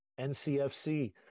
NCFC